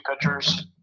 pitchers